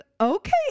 Okay